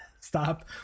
stop